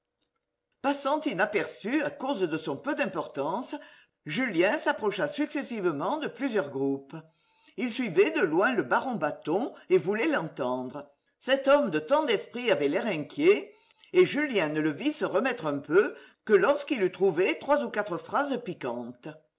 passant inaperçu à cause de son peu d'importance julien s'approcha successivement de plusieurs groupes il suivait de loin le baron bâton et voulait l'entendre cet homme de tant d'esprit avait l'air inquiet et julien ne le vit se remettre un peu que lorsqu'il eut trouvé trois ou quatre phrases piquantes